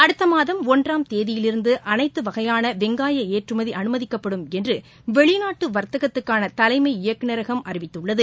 அடுத்த மாதம் ஒன்றாம் தேதியிலிருந்து அனைத்து வகையான வெங்காய ஏற்றுமதி அனுமதிக்கப்படும் என்று வெளிநாட்டு வர்த்தகத்துக்கான தலைமை இயக்குநரகம் அறிவித்துள்ளது